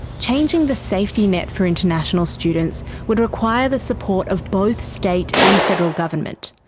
changing the safety net for international students would require the support of both state and federal government.